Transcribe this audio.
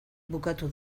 bukatu